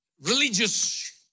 religious